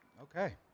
Okay